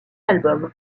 album